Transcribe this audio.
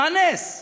מה נס?